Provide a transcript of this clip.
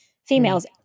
females